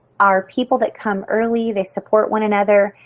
our people that come early, they support one another,